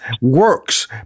works